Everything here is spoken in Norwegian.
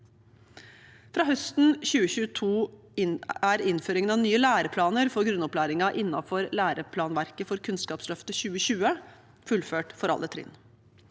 Fra høsten 2022 er innføringen av nye læreplaner for grunnopplæringen innenfor læreplanverket for Kunnskapsløftet 2020 fullført for alle trinn.